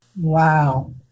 Wow